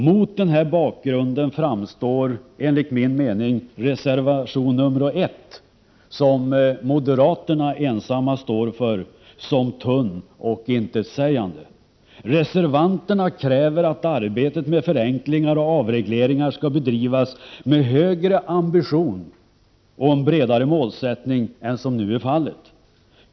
Mot den här bakgrunden framstår, enligt min mening, reservation nr 1, som moderaterna ensamma står för, som tunn och intetsägande. Reservanterna kräver att arbetet med förenklingar och avregleringar skall bedrivas med högre ambition och en bredare målsättning än som nu är fallet.